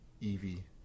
Evie